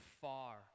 far